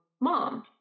mom